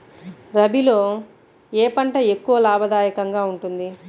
రబీలో ఏ పంట ఎక్కువ లాభదాయకంగా ఉంటుంది?